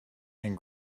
and